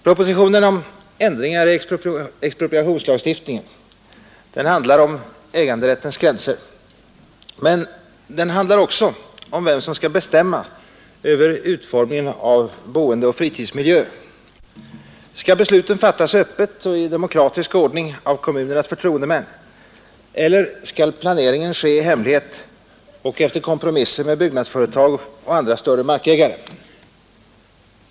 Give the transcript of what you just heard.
Propositionen om ändringar i expropriationslagstiftningen handlar om äganderättens gränser, men den handlar också om vem som skall bestämma över utformningen av boendeoch fritidsmiljö. Skall besluten fattas öppet och i demokratisk ordning av kommunernas förtroendemän, eller skall planeringen ske i hemlighet och efter kompromisser med byggnadsföretag och andra större markägare?